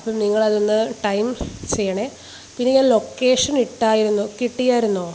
അപ്പം നിങ്ങളതൊന്ന് time fix ചെയ്യണെ പിന്നെ ഞാൻ ലൊക്കേഷനിട്ടായിരുന്നു കിട്ടിയായിരുന്നൊ